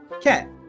Cat